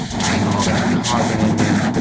adding all that carbon in there,